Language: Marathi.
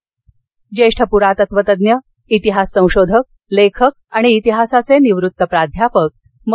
माटे ज्येष्ठ पुरातत्त्वतज्ज्ञ इतिहास संशोधक लेखक आणि इतिहासाचे निवृत्त प्राध्यापक म